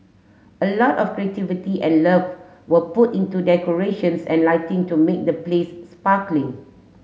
a lot of creativity and love were put into decorations and lighting to make the place sparkling